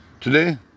today